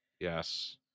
Yes